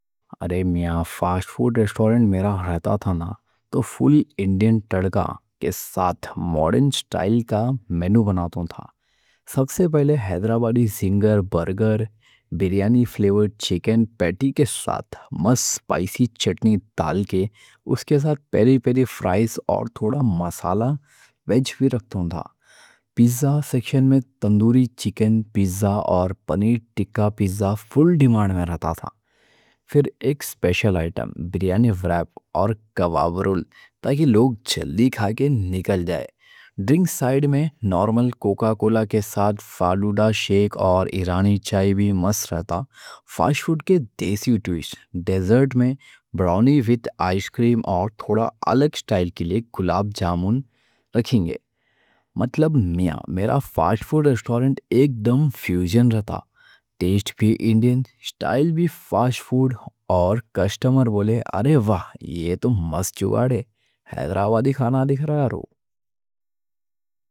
ارے میاں فاسٹ فوڈ ریسٹورنٹ میرا رہتا تھا نا تو فُلی انڈین تڑکا کے ساتھ ماڈرن اسٹائل کا مینو بناتوں تھا۔ سب سے پہلے حیدرآبادی زنگر برگر، بریانی فلیور چکن پیٹی کے ساتھ مس اسپائسی چٹنی ڈال کے، اس کے ساتھ پیری پیری فرائز اور تھوڑا مسالہ ویج بھی رکھتوں تھا۔ پیزا سیکشن میں تندوری چکن پیزا اور پنیر ٹکا پیزا فُل ڈیمانڈ میں رہتا تھا۔ پھر ایک اسپیشل آئٹم، بریانی ریپ اور کباب رول تاکہ لوگ جلدی کھا کے نکل جائیں۔ ڈرنگ سائیڈ میں نورمل کوکا کولا کے ساتھ فالودہ شیک اور ایرانی چائے بھی مس رہتا۔ فاسٹ فوڈ کے دیسی ٹوِسٹ، ڈیزرٹ میں براؤنی وِد آئس کریم اور تھوڑا الگ اسٹائل کے لیے گلاب جامون رکھیں گے۔ مطلب میاں، میرا فاسٹ فوڈ ریسٹورنٹ ایک دم فیوژن رہتا۔ ٹیسٹ بھی انڈین اسٹائل بھی فاسٹ فوڈ، اور کسٹمر بولے ارے واہ یہ تو مس جُگاڑ، حیدرآبادی کھانا دکھ رہا۔